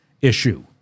issue